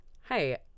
hey